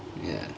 ya